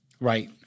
Right